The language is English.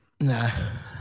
No